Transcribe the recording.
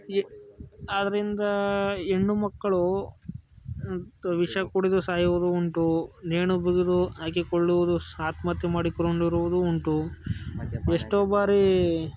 ಈ ಆದ್ದರಿಂದ ಹೆಣ್ಣು ಮಕ್ಕಳು ತ ವಿಷ ಕುಡಿದು ಸಾಯುವುದೂ ಉಂಟು ನೇಣು ಬಿಗಿದು ಹಾಕಿಕೊಳ್ಳುವುದೂ ಸಹ ಆತ್ಮಹತ್ಯೆ ಮಾಡಿಕೊಂಡಿರುವುದೂ ಉಂಟು ಎಷ್ಟೊ ಬಾರೀ